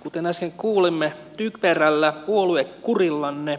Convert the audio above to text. kuten äsken kuulimme typerällä puoluekurillanne